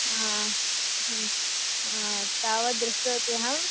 आ तावद् दृष्टवती अहम्